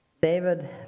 David